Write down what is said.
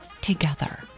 together